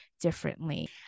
differently